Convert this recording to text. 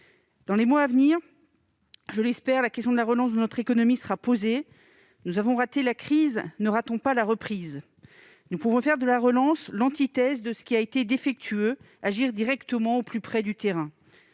Dans les mois à venir, je l'espère, la question de la relance de notre économie sera posée. Nous avons raté la crise, ne ratons pas la reprise. Nous pouvons faire de la relance l'antithèse de ce qui a été défectueux, en agissant directement, au plus près du terrain.